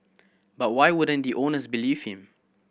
but why wouldn't the owners believe him